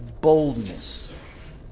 boldness